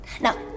Now